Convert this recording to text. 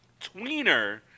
tweener